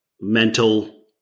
mental